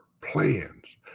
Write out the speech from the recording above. plans